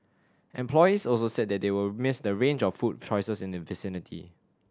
employees also said that they will miss the range of food choices in the vicinity